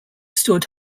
stood